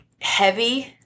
heavy